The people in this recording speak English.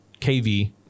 KV